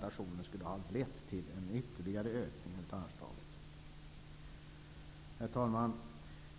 den skulle ha lett till förslag om en ytterligare ökning av anslaget. Herr talman!